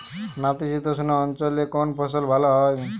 নাতিশীতোষ্ণ অঞ্চলে কোন ফসল ভালো হয়?